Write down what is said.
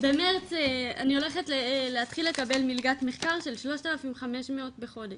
במרץ אני הולכת להתחיל לקבל מלגת מחקר של שלושת אלפים חמש מאות בחודש.